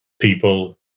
people